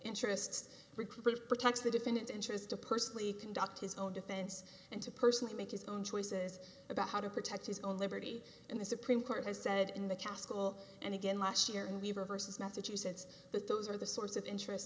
interests recuperates protects the defendant interest to personally conduct his own defense and to personally make his own choices about how to protect his own liberty in the supreme court has said in the castle and again last year and the reverse is massachusetts that those are the sorts of interest